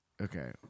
okay